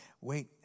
Wait